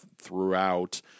throughout